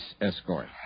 escort